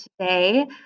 Today